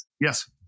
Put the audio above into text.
Yes